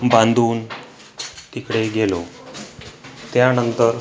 बांधून तिकडे गेलो त्यानंतर